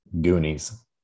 Goonies